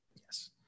yes